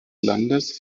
landes